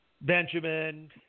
Benjamin